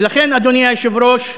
ולכן, אדוני היושב-ראש,